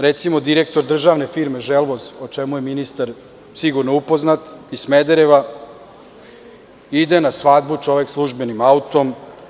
Recimo, direktor Državne uprave „Želvoz“, o čemu je ministar sigurno upoznat, iz Smedereva ide na svadbu službenim autom.